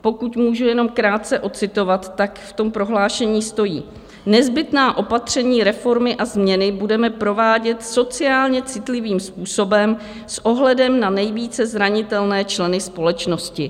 Pokud můžu jenom krátce ocitovat, tak v tom prohlášení stojí: Nezbytná opatření, reformy a změny budeme provádět sociálně citlivým způsobem s ohledem na nejvíce zranitelné členy společnosti.